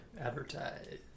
Advertise